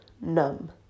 Numb